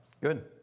good